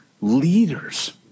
leaders